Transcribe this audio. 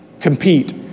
compete